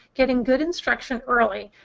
getting good instruction early,